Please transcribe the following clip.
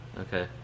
okay